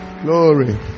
glory